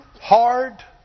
hard